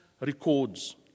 records